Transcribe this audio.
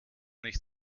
nicht